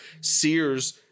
Sears